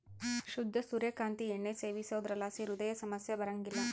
ಶುದ್ಧ ಸೂರ್ಯ ಕಾಂತಿ ಎಣ್ಣೆ ಸೇವಿಸೋದ್ರಲಾಸಿ ಹೃದಯ ಸಮಸ್ಯೆ ಬರಂಗಿಲ್ಲ